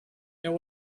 there